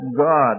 God